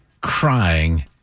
crying